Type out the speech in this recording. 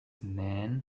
man